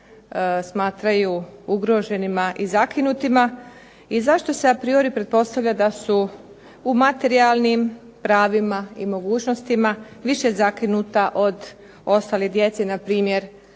smatraju ugroženima i zakinutima i zašto se a priori pretpostavlja da su u materijalnim pravima i mogućnostima više zakinuta od ostale djece, npr.